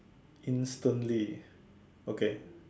instantly okay